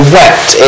wept